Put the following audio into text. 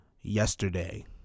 yesterday